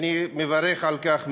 אני מברך על כך מאוד.